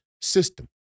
system